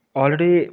already